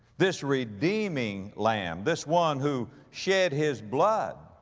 this redeeming lamb, this one who shed his blood,